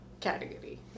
category